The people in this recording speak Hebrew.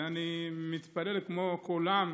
ואני מתפלל כמו כולם,